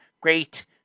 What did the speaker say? great